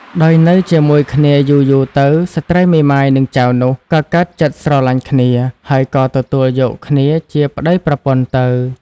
ដោយនៅជាមួយគ្នាយូរៗទៅ ស្ត្រីមេម៉ាយនិងចៅនោះ ក៏កើតចិត្តស្រឡាញ់គ្នា ហើយក៏ទទួលយកគ្នាជាប្តីប្រពន្ធទៅ។